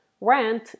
rent